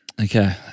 Okay